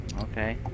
Okay